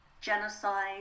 genocide